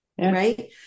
Right